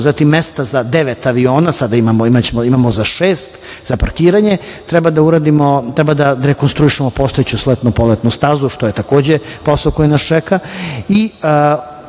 zatim mesta za devet aviona, sada imamo za šest, za parkiranje. Dalje, treba da rekonstruišemo postojeću sletno-poletnu stazu, što je takođe posao koji nas čeka. Ono